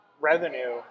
revenue